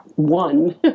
one